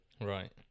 Right